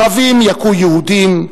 ערבים יכו יהודים,